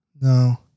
No